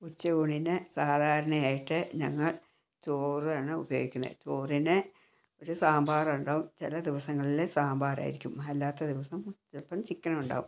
ഉച്ചയൂണിന് സാധാരണയായിട്ട് ഞങ്ങൾ ചോറ് ആണ് ഉപയോഗിക്കുന്നത് ചോറിന് ഒരു സാമ്പാർ ഉണ്ടാവും ചില ദിവസങ്ങളിലെ സാമ്പാറായിരിക്കും അല്ലാത്ത ദിവസം ചിലപ്പം ചിക്കൻ ഉണ്ടാവും